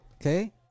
Okay